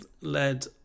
led